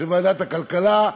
ועדת הכלכלה,